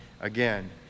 again